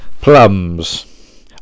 Plums